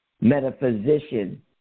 metaphysician